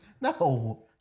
No